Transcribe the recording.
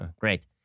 Great